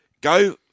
go